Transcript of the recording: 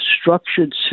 structured